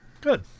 Good